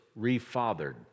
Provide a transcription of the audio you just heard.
refathered